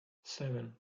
seven